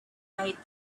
made